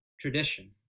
tradition